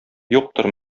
юктыр